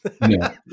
No